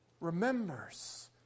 remembers